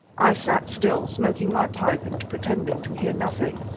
i sat still, smoking my pipe and pretending to hear nothing.